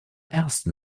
ersten